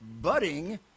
budding